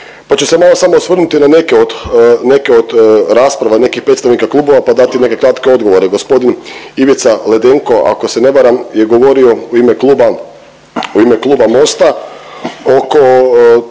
pa ću se malo samo osvrnuti na neke od, neke od rasprava nekih predstavnika klubova, pa dati neke kratke odgovore. Gospodin Ivica Ledenko, ako se ne varam je govorio u ime kluba, u